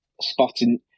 spotting